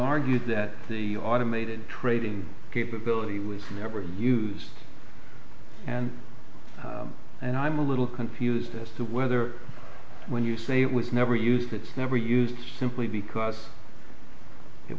argues that the automated trading capability was never used and and i'm a little confused as to whether when you say it was never used it's never used simply because it